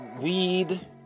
weed